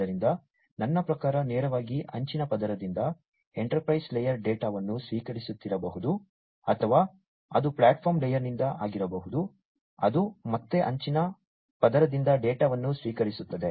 ಆದ್ದರಿಂದ ನನ್ನ ಪ್ರಕಾರ ನೇರವಾಗಿ ಅಂಚಿನ ಪದರದಿಂದ ಎಂಟರ್ಪ್ರೈಸ್ ಲೇಯರ್ ಡೇಟಾವನ್ನು ಸ್ವೀಕರಿಸುತ್ತಿರಬಹುದು ಅಥವಾ ಅದು ಪ್ಲಾಟ್ಫಾರ್ಮ್ ಲೇಯರ್ನಿಂದ ಆಗಿರಬಹುದು ಅದು ಮತ್ತೆ ಅಂಚಿನ ಪದರದಿಂದ ಡೇಟಾವನ್ನು ಸ್ವೀಕರಿಸುತ್ತದೆ